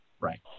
Right